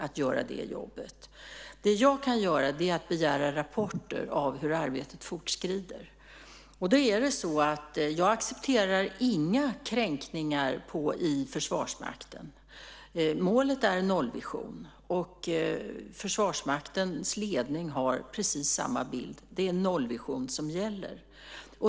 Vad jag kan göra är att begära rapporter om hur arbetet fortskrider. Jag accepterar inga kränkningar i Försvarsmakten. Målet är en nollvision, och Försvarsmaktens ledning har precis samma bild. Det är nollvision som gäller.